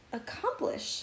accomplish